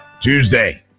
Tuesday